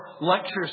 Lectures